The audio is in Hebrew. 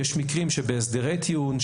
יש מקרים שבהסדרי טיעון,